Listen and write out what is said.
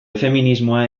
feminismoa